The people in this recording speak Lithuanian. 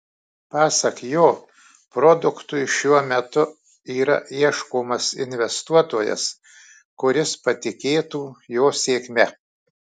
pasak jo produktui šiuo metu yra ieškomas investuotojas kuris patikėtų jo sėkme